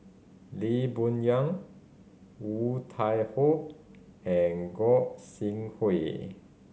Lee Boon Yang Woon Tai Ho and Gog Sing Hooi